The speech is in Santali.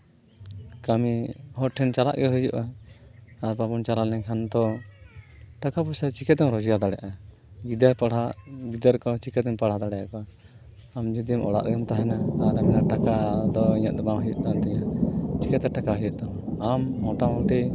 ᱠᱟᱹᱢᱤ ᱦᱚᱲ ᱴᱷᱮᱱ ᱪᱟᱞᱟᱜ ᱜᱮ ᱦᱩᱭᱩᱜᱼᱟ ᱟᱨ ᱵᱟᱵᱚᱱ ᱪᱟᱞᱟᱣ ᱞᱮᱱᱠᱷᱟᱱ ᱫᱚ ᱴᱟᱠᱟ ᱯᱚᱭᱥᱟ ᱪᱤᱠᱟᱹᱛᱮᱢ ᱨᱳᱡᱽᱜᱟᱨ ᱫᱟᱲᱮᱭᱟᱜᱼᱟ ᱜᱤᱫᱟᱹᱨ ᱯᱟᱲᱦᱟᱜ ᱜᱤᱫᱟᱹᱨ ᱠᱚ ᱪᱤᱠᱟᱹᱛᱮᱢ ᱯᱟᱲᱦᱟᱣ ᱫᱟᱲᱭᱟᱠᱚᱣᱟ ᱟᱢ ᱡᱩᱫᱤ ᱚᱲᱟᱜ ᱨᱮᱜᱮᱢ ᱛᱟᱦᱮᱱᱟ ᱟᱨᱮᱢ ᱢᱮᱱᱟ ᱴᱟᱠᱟ ᱫᱚ ᱤᱧᱟᱹᱜ ᱫᱚ ᱵᱟᱝ ᱦᱩᱭᱩᱜ ᱠᱟᱱ ᱛᱤᱧᱟᱹ ᱪᱤᱠᱟᱹᱛᱮ ᱴᱟᱠᱟ ᱦᱩᱭᱩᱜ ᱛᱟᱢᱟ ᱟᱢ ᱢᱚᱴᱟᱢᱩᱴᱤ